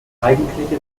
eigentliche